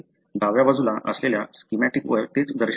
डाव्या बाजूला असलेल्या स्कीमॅटीक वर हेच दर्शविले आहे